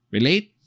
Relate